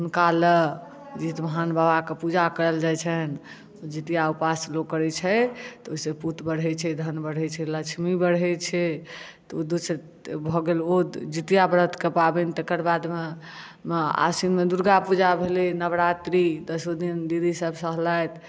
तऽ हुनका लऽ जितवाहन बाबा के पूजा कयल जाइ छनि जितिया ऊपास लोक करै छै तऽ ओहिसँ पुत बढ़ै छै धन बढ़ै छै लक्ष्मी बढ़ै छै तऽ ओ दोसर भऽ गेल ओ जितिया व्रत के पाबनि तकरबाद मे आसिन मे दुर्गापूजा भेलै नवरात्री दसो दिन दीदी सब सहलथि